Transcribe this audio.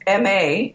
MA